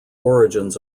origins